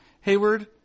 Hayward